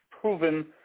proven